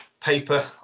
paper